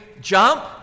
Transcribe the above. jump